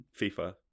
FIFA